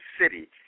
city